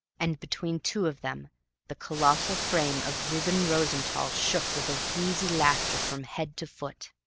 and between two of them the colossal frame of reuben rosenthall shook with a wheezy laughter from head to foot.